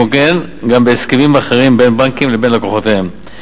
כמו גם בהסכמים אחרים בין בנקים לבין לקוחותיהם.